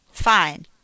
Fine